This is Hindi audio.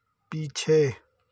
पीछे